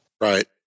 Right